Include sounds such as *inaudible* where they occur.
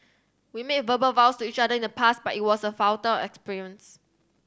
we made verbal vows to each other in the past but it was a futile *unintelligible*